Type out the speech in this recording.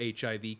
HIV